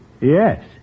Yes